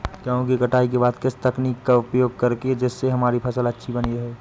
गेहूँ की कटाई के बाद किस तकनीक का उपयोग करें जिससे हमारी फसल अच्छी बनी रहे?